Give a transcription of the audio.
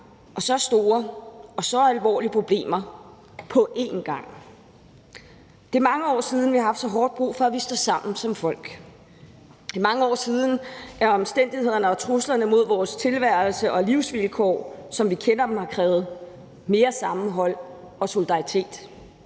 og så store og så alvorlige problemer på én gang. Det er mange år siden, vi har haft så hårdt brug for, at vi står sammen som folk. Det er mange år siden, at omstændighederne og truslerne mod vores tilværelse og livsvilkår, som vi kender dem, har krævet mere sammenhold og solidaritet.